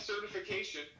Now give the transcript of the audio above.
certification